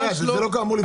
זה לא אמור לפגוע בו .